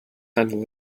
handle